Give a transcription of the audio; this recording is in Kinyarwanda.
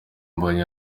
mbonyi